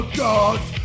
gods